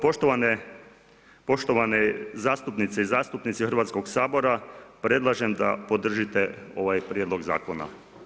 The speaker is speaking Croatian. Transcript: Poštovane zastupnice i zastupnici Hrvatskog sabora, predlažem da podržite ovaj Prijedlog Zakona.